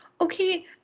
Okay